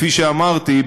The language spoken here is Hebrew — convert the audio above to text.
כפי שאמרתי,